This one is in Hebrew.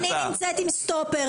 סמי, אני נמצאת עם סטופר.